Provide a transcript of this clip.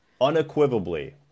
unequivocally